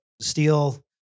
steel